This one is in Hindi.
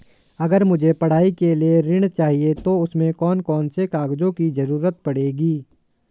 अगर मुझे पढ़ाई के लिए ऋण चाहिए तो उसमें कौन कौन से कागजों की जरूरत पड़ेगी?